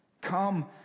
Come